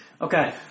Okay